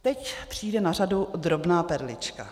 Teď přijde na řadu drobná perlička.